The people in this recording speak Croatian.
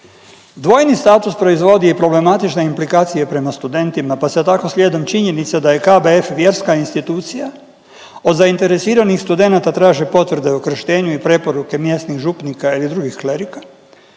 Dvojni status proizvodi i problematične implikacije prema studentima pa se tako slijedom činjenica da je KBF vjerska institucija, od zainteresiranih studenata traže potvrde o kršenju i preporuke mjesnih župnika ili drugih klerika